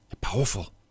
powerful